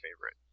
favorite